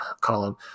column